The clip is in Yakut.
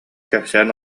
кэпсээн